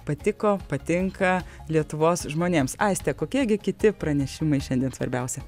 patiko patinka lietuvos žmonėms aiste kokie gi kiti pranešimai šiandien svarbiausi